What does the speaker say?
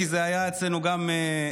כי זה היה אצלנו גם בחוק,